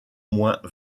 moins